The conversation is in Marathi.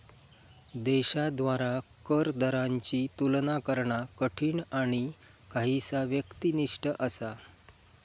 देशांद्वारा कर दरांची तुलना करणा कठीण आणि काहीसा व्यक्तिनिष्ठ असा